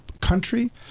country